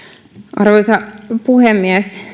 arvoisa puhemies